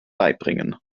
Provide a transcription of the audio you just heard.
beibringen